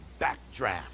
backdraft